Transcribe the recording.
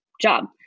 job